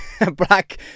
black